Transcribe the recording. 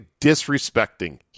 disrespecting